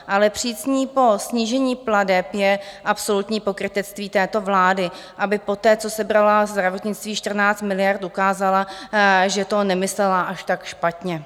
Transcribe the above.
Ale přijít s ní po snížení plateb je absolutní pokrytectví této vlády, aby poté, co sebrala zdravotnictví 14 miliard, ukázala, že to nemyslela až tak špatně.